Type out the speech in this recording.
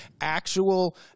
actual